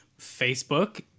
Facebook